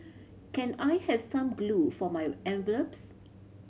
can I have some glue for my envelopes